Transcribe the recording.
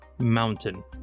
Mountain